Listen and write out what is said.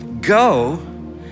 go